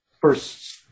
first